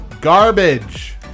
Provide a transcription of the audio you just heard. garbage